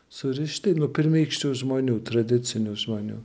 surišti nu pirmykščių žmonių tradicinių žmonių